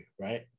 right